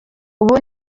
ubu